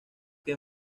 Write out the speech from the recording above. que